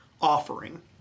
offering